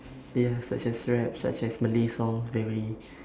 ya such as rap such as malay songs very